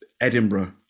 Edinburgh